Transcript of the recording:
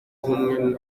w’ubumwe